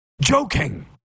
Joking